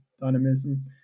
dynamism